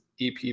EP